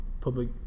public